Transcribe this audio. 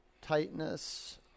tightness